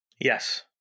Yes